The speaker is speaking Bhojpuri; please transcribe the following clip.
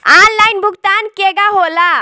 आनलाइन भुगतान केगा होला?